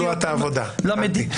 ציונות תנועת העבודה, הבנתי.